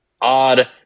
odd